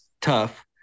tough